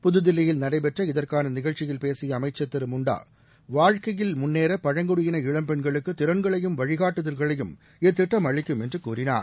புதுதில்லியில் நடைபெற்ற இதற்கான நிகழ்ச்சியில் பேசிய அமைச்சர் திரு முன்டா வாழ்க்கையில் முன்னேற பழங்குடியின இளம்பெண்களுக்கு திறன்களையும் வழிகாட்டுதல்களையும் இத்திட்டம் அளிக்கும் என்று கூறினார்